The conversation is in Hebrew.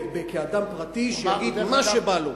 וכאדם פרטי שיגיד מה שבא לו.